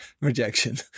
rejection